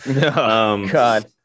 god